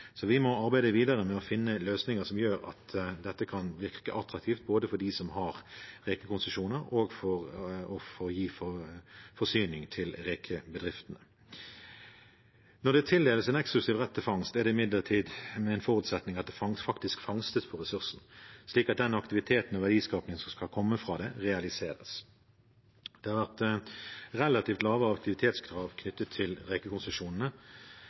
Vi må arbeide videre med å finne løsninger som gjør at det kan virke attraktivt for dem som har rekekonsesjoner, å gi forsyning til rekebedriftene. Når det tildeles en eksklusiv rett til fangst, er det imidlertid under forutsetning av at det faktisk fangstes på ressursen, slik at den aktiviteten og verdiskapingen som skal komme ut av det, realiseres. Det har vært relativt lave aktivitetskrav knyttet til